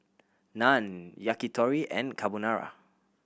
Naan Yakitori and Carbonara